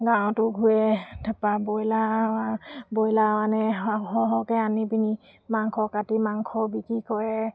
গাঁৱতো ঘূৰে তাৰপৰা ব্ৰইলাৰ ব্ৰইলাৰ আনে সৰহ সৰহকৈ আনি পিনি মাংস কাটি মাংসও বিক্ৰী কৰে